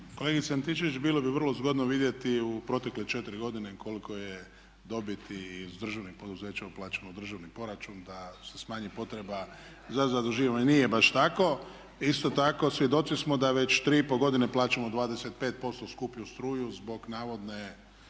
Kolegice Antičević bilo bi vrlo zgodno vidjeti u protekle 4 godine koliko je dobiti iz državnih poduzeća uplaćeno u državni proračun da se smanji potreba za zaduživanjem. Nije baš tako. Isto tako svjedoci smo da već 3,5 godine plaćamo 25% skuplju struju zbog navodne